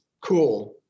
cool